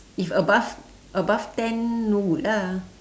if above above ten no good lah